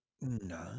No